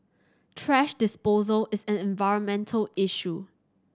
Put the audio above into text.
thrash disposal is an environmental issue